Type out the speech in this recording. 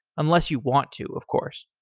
unless you want to, of course.